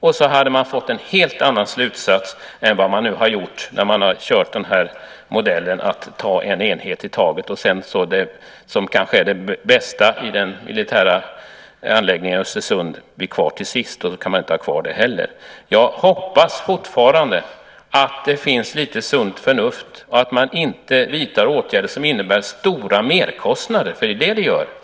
Då hade man fått en helt annan slutsats än man nu fått genom att tillämpa modellen att ta en enhet i taget. Det som kanske är det bästa i den militära anläggningen i Östersund blir kvar till sist, och då kan man inte ha kvar det heller. Jag hoppas fortfarande att det finns lite sunt förnuft och att man inte vidtar åtgärder som innebär stora merkostnader, för det är vad som blir fallet.